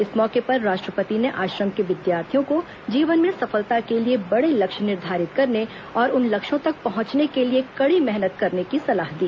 इस मौके पर राष्ट्रपति ने आश्रम के विद्यार्थियों को जीवन में सफलता के लिए बड़े लक्ष्य निर्धारित करने और उन लक्ष्यों तक पहंचने के लिए कड़ी मेहनत करने की सलाह दी